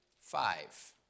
five